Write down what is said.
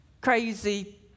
crazy